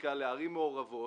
לסטטיסטיקה לערים מעורבות,